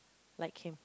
like him